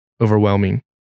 overwhelming